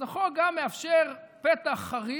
אז החוק גם מאפשר פתח חריג.